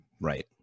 Right